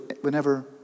whenever